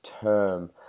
term